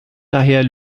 daher